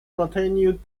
continued